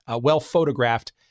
well-photographed